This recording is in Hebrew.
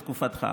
בתקופתך,